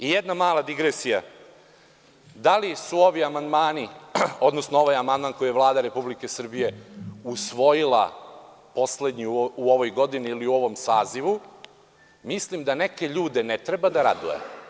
Jedna mala digresija, da li je ovaj amandman koji je Vlada Republike Srbije usvojila, poslednji u ovoj godini ili u ovom sazivu, mislim da neke ljude ne treba da raduje.